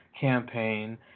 campaign